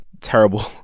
terrible